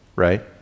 right